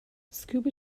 scuba